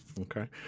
Okay